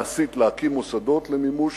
יכולת מעשית להקים מוסדות למימוש